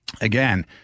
again